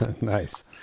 Nice